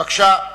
בבקשה.